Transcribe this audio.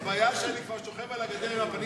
הבעיה שאני כבר שוכב על הגדר עם הפנים